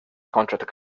contract